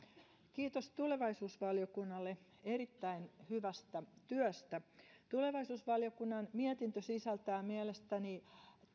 kiitos tulevaisuusvaliokunnalle erittäin hyvästä työstä tulevaisuusvaliokunnan mietintö sisältää mielestäni